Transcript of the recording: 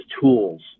tools